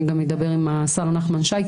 אני גם אדבר עם השר נחמן שי,